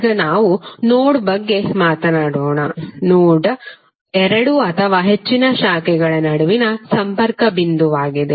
ಈಗ ನಾವು ನೋಡ್ ಬಗ್ಗೆ ಮಾತನಾಡೋಣ ನೋಡ್ ಎರಡು ಅಥವಾ ಹೆಚ್ಚಿನ ಶಾಖೆಗಳ ನಡುವಿನ ಸಂಪರ್ಕದ ಬಿಂದುವಾಗಿದೆ